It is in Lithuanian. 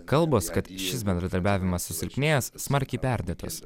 kalbos kad šis bendradarbiavimas susilpnėjęs smarkiai perdėtos